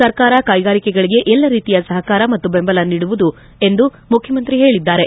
ಸರ್ಕಾರ ಕೈಗಾರಿಕೆಗಳಿಗೆ ಎಲ್ಲ ರೀತಿಯ ಸಹಕಾರ ಮತ್ತು ಬೆಂಬಲ ನೀಡುವುದು ಎಂದು ಮುಖ್ಯಮಂತ್ರಿ ಹೇಳಿದ್ದಾರೆ